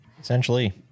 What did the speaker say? Essentially